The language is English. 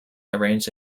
arranged